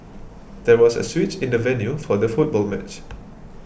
there was a switch in the venue for the football match